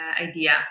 idea